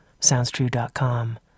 SoundsTrue.com